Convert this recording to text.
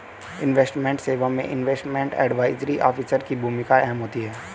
investment सेवा में investment advisory officer की भूमिका अहम होती है